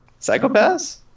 Psychopaths